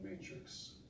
matrix